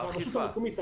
אכיפה.